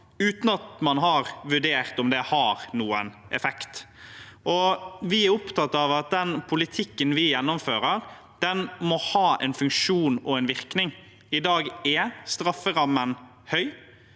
uten at man har vurdert om det har noen effekt. Vi er opptatt av at den politikken vi gjennomfører, må ha en funksjon og en virkning. I dag er strafferammen høy.